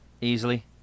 easily